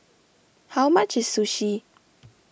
how much is Sushi